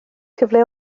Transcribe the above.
cyfle